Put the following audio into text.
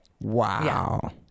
Wow